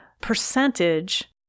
percentage